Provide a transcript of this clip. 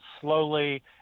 slowly